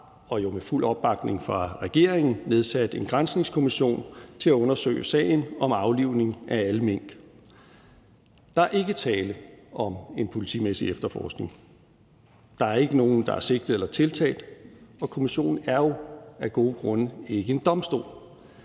jo med fuld opbakning fra regeringen – nedsat en granskningskommission til at undersøge sagen om aflivning af alle mink. Der er ikke tale om en politimæssig efterforskning. Der er ikke nogen, der er sigtet eller tiltalt, og kommissionen er jo af gode grunde ikke en domstol.